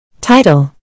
Title